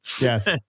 Yes